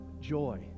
joy